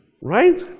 right